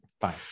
fine